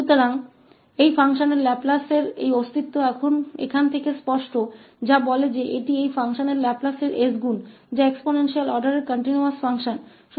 तो इस फलन के लाप्लास का यह अस्तित्व अब यहाँ से स्पष्ट है जो कहता है कि यह इस फलन के लाप्लास का गुना है जो एक्सपोनेंशियल आर्डर क्रम का सतत फलन है